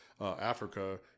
Africa